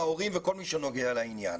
ההורים וכל מי שנוגע לעניין.